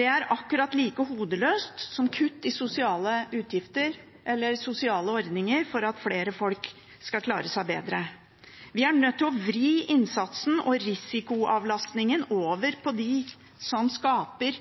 er akkurat like hodeløst som kutt i sosiale ordninger for at flere skal klare seg bedre. Vi er nødt til å vri innsatsen og risikoavlastningen over på dem som skaper